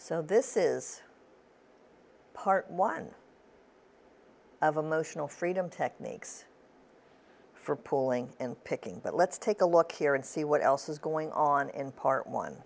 so this is part one of emotional freedom techniques for pulling and picking but let's take a look here and see what else is going on in part one